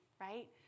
right